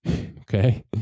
Okay